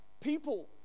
people